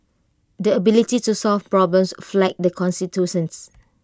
the ability to solve problems flagged the constituents